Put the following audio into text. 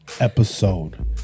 episode